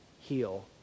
heal